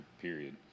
period